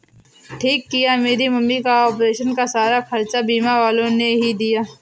ठीक किया मेरी मम्मी का ऑपरेशन का सारा खर्चा बीमा वालों ने ही दिया